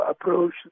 approach